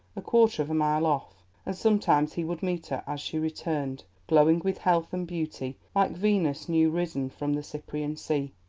a quarter of a mile off and sometimes he would meet her as she returned, glowing with health and beauty like venus new risen from the cyprian sea,